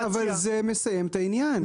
אבל, זה מסיים את העניין.